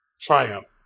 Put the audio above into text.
triumph